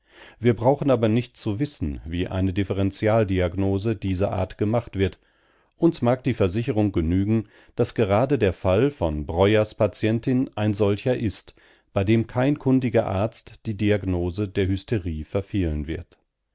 wir brauchen aber nicht zu wissen wie eine differentialdiagnose dieser art gemacht wird uns mag die versicherung genügen daß gerade der fall von breuers patientin ein solcher ist bei dem kein kundiger arzt die diagnose der hysterie verfehlen wird